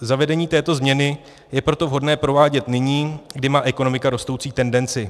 Zavedení této změny je proto vhodné provádět nyní, kdy má ekonomika rostoucí tendenci.